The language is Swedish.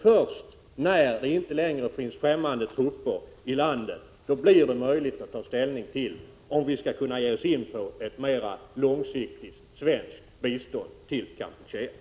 Först när det inte längre finns främmande trupper i landet blir det möjligt att ta ställning till om vi skall kunna ge oss in på ett mera långsiktigt svenskt bistånd till Kampuchea.